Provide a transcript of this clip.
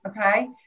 okay